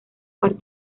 parte